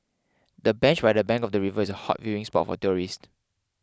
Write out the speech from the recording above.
the bench by the bank of the river is a hot viewing spot for tourists